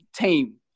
team